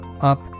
Up